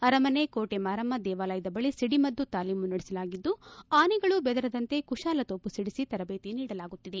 ಅರಮನೆ ಕೋಟೆ ಮಾರಮ್ಮ ದೇವಾಲಯದ ಬಳಿ ಸಿಡಿಮದ್ದು ತಾಲೀಮು ನಡೆಸಲಾಗಿದ್ದು ಅನೆಗಳು ಬೆದರದಂತೆ ಕುಶಾಲತೋಪು ಸಿಡಿಸಿ ತರಬೇತಿ ನೀಡಲಾಗುತ್ತಿದೆ